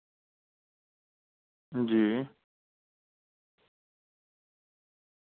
हांजी